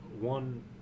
one